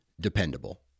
dependable